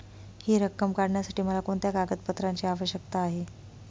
हि रक्कम काढण्यासाठी मला कोणत्या कागदपत्रांची आवश्यकता आहे?